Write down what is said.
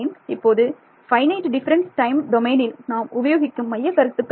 இப்போது finite difference time டொமைனில் நாம் உபயோகிக்கும் மையக் கருத்துக்கள் என்ன